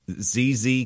ZZ